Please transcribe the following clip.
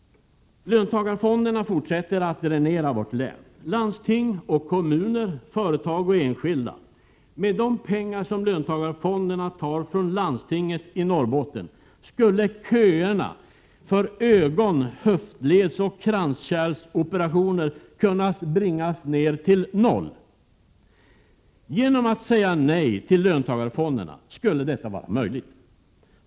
Löntagarfonderna fortsätter att dränera vårt län — landsting och kommuner, företag och enskilda. Med de pengar som löntagarfonderna tar från landstinget i Norrbotten skulle köerna för ögon-, höftledsoch kranskärlsoperationer kunna bringas ned till noll. Om vi får en riksdag som säger nej till löntagarfonderna, skulle detta vara möjligt.